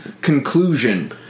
conclusion